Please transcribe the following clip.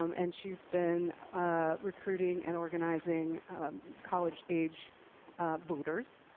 um and she's been ah recruiting and organizing college-age voters.